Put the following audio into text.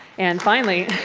and finally